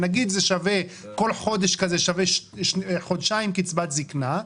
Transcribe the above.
נגיד שכל חודש כזה שווה חודשיים קצבת זקנה,